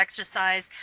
exercise